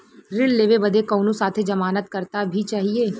ऋण लेवे बदे कउनो साथे जमानत करता भी चहिए?